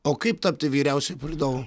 o kaip tapti vyriausiuoju palydovu